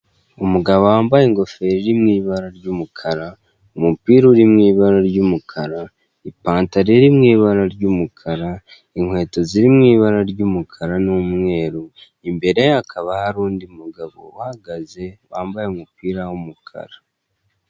Umugabo wambaye ingofero iri mu ibara ry'umukara, umupira uri mu ibara ry'umukara, ipantaro iri mu ibara ry'umukara, inkweto ziri mu ibara ry'umukara n'umweru, imbere hakaba hari undi mugabo uhagaze, wambaye umupira w'umukara.